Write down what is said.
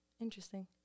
interesting